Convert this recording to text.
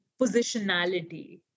positionality